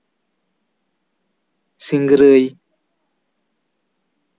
ᱥᱤᱝᱨᱟᱹᱭ